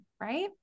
right